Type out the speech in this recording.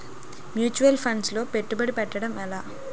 Mutual funds లో పెట్టుబడి పెట్టడం ఎలా?